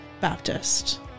Baptist